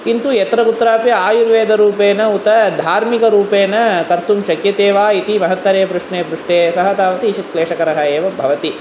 किन्तु यत्र कुत्रापि आयुर्वेदरूपेण उत धार्मिकरूपेण कर्तुं शक्यते वा इति महत्तरे प्रश्ने पृष्टे सः तावत् ईषत् क्लेशकरः एव भवति